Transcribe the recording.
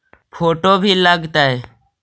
Photo भी लग तै?